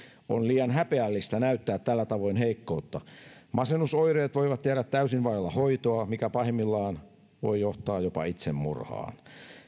on liian häpeällistä näyttää tällä tavoin heikkoutta masennusoireet voivat jäädä täysin vaille hoitoa mikä pahimmillaan voi johtaa jopa itsemurhaan